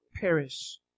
perish